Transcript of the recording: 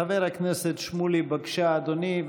חבר הכנסת שמולי, בבקשה, אדוני.